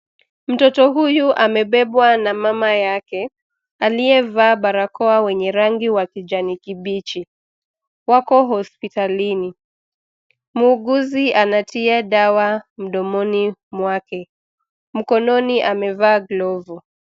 Mtoto huyu amebebwa na mama yake aliyevaa barakoa wenye rangi wa kijani kibichi. Wako hospitalini. Muuguzi anatia dawa mdomoni mwake. Mkononi amevaa glovu.